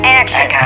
action